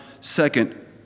Second